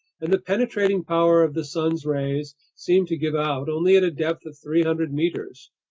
and the penetrating power of the sun's rays seems to give out only at a depth of three hundred meters.